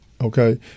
okay